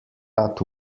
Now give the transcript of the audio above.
rad